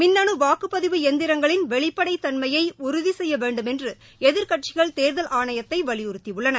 மின்னு வாக்குப்பதிவு எந்திரங்களின் வெளிப்படைத் தன்மையை உறுதி செய்ய வேண்டுமென்று எதிர்க்கட்சிகள் தேர்தல் ஆணையத்தை வலியுறுத்தியுள்ளன